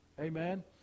Amen